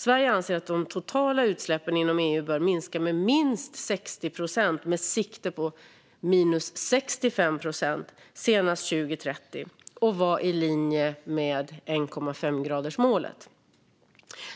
Sverige anser att de totala utsläppen inom EU bör minska med minst 60 procent - med sikte på minus 65 procent - senast 2030 och vara i linje med 1,5-gradersmålet.